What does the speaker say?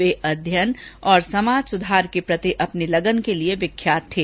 वह अध्ययन और समाज सुधार के प्रति अपनी लगन के लिए विख्यात थे